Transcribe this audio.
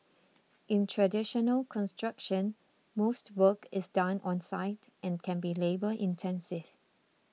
in traditional construction most work is done on site and can be labour intensive